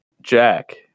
Jack